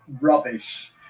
rubbish